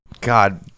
God